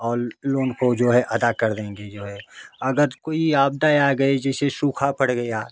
और लोन को जो है अदा कर देंगे जो है अदद कोई आपदा आ गई जैसे सूखा पड़ गया